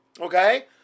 Okay